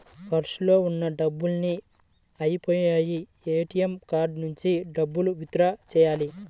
పర్సులో ఉన్న డబ్బులన్నీ అయ్యిపొయ్యాయి, ఏటీఎం కార్డు నుంచి డబ్బులు విత్ డ్రా చెయ్యాలి